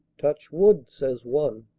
touch wood, says one.